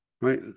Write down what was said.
right